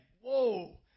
whoa